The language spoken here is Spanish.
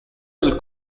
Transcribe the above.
del